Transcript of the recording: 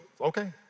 okay